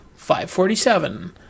547